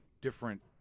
different